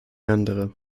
andere